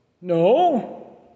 No